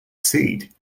seed